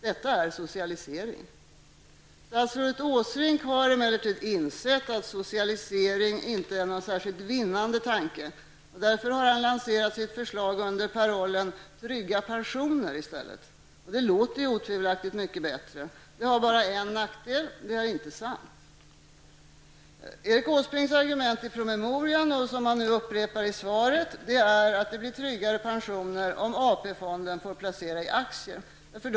Detta är socialisering. Statsrådet Åsbrink har emellertid insett att socialisering inte är en särskilt vinnande tanke. Därför har han lanserat sitt förslag under parollen ''Trygga pensioner''. Det låter otvivelaktigt mycket bättre. Det har bara en nackdel -- det är inte sant. Erik Åsbrinks argument i promemorian, och som han nu upprepar i svaret, är att det blir tryggare pensioner om AP-fonden får placera i aktier.